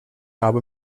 habe